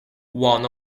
won